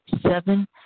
Seven